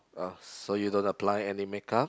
uh so you don't apply any makeup